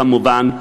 כמובן,